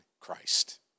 Christ